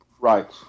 Right